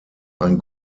ein